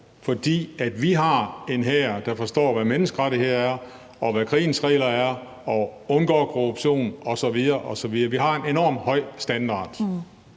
fordi vi har en hær, der forstår, hvad menneskerettigheder er, hvad krigens regler er, og undgår korruption osv. osv. Vi har en enormt høj standard.